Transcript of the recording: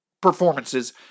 performances